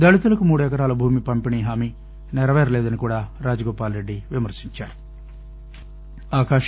దళితులకు మూడెకరాల భూమి పంపిణీ హామీ నెరవేరలేదని కూడా రాజగోపాలరెడ్డి విమర్శించారు